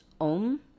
om